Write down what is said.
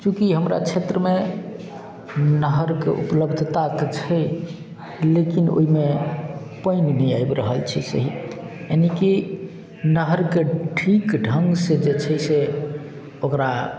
चूँकि हमरा क्षेत्रमे नहरके उपलब्धता तऽ छै लेकिन ओइमे पानि नहि आबि रहल छै सही यानि की नहरके ठीक ढङ्गसँ जे छै से ओकरा